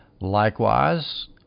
Likewise